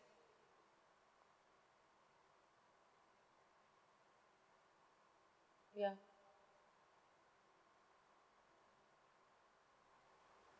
ya